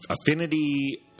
affinity